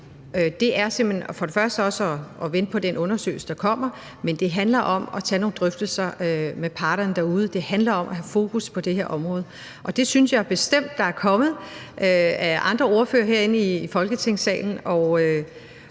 og her for det første er at vente på den undersøgelse, der kommer, men for det andet handler det også om at tage nogle drøftelser med parterne derude. Det handler om at have fokus på det her område, og det synes jeg bestemt der er kommet, bl.a. via nogle af ordførerne herinde i Folketingssalen,